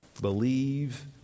Believe